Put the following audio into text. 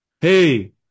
Hey